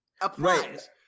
applies